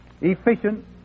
efficient